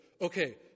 Okay